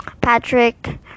Patrick